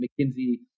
McKinsey